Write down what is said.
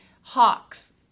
hawks